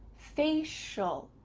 facial.